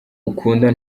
ukunda